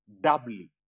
doubly